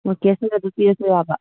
ꯑꯣ ꯀꯦꯁ ꯑꯣꯏꯅ ꯑꯗꯨꯝ ꯄꯤꯔꯁꯨ ꯌꯥꯕ